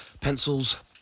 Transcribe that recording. Pencils